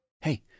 Hey